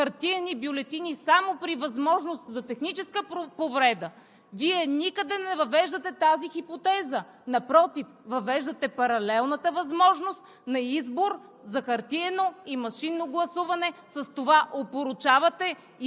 хартиени бюлетини само при възможност за техническа повреда, Вие никъде не въвеждате тази хипотеза. Напротив! Въвеждате паралелната възможност на избор за хартиено и машинно гласуване. С това опорочавате изцяло